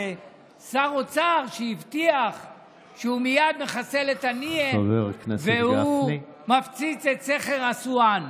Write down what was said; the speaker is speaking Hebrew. זה שר אוצר שהבטיח שהוא מייד מחסל את הנייה והוא מפציץ את סכר אסואן.